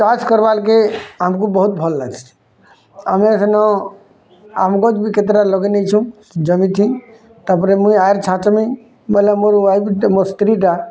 ଚାଷ୍ କର୍ବା ଲାଗି ଆମକୁ ବହୁତ୍ ଭଲ୍ ଲାଗ୍ସି ଆମେ ସେନୁ ଆମ୍ବ ଗଛ ବି କେତେଟା ଲଗେଇନେଇଛୁଁ ଯେମିିତି ତାପରେ ମୁଇଁ ଏୟାର୍ ଛାଚ୍ମି ବୋଇଲେ ମୋର୍ ୱାଇଫ୍ ମୋର ସ୍ତ୍ରୀ ଟା